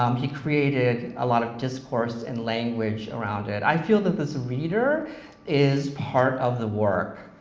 um he created a lot of discourse and language around it. i feel that this reader is part of the work,